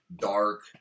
Dark